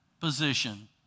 position